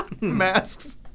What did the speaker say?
Masks